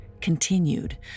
continued